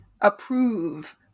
approve